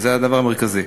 שזה הדבר המרכזי.